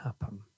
happen